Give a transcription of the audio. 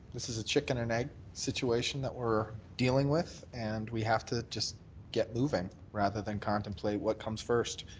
this is a chicken and egg situation that we're dealing with, and we have to just get moving rather than contemplate what comes first.